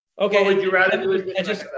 Okay